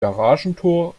garagentor